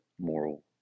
moral